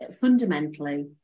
fundamentally